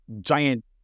giant